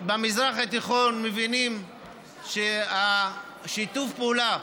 במזרח התיכון מבינים ששיתוף הפעולה